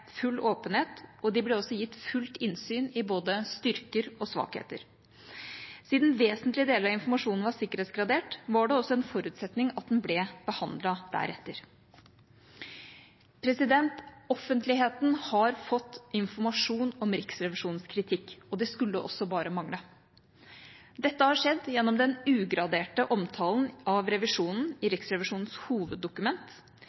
full åpenhet, og de ble også gitt fullt innsyn i både styrker og svakheter. Siden vesentlige deler av informasjonen var sikkerhetsgradert, var det også en forutsetning at den ble behandlet deretter. Offentligheten har fått informasjon om Riksrevisjonens kritikk, og det skulle også bare mangle. Dette har skjedd gjennom den ugraderte omtalen av revisjonen i